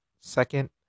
second